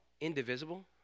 Indivisible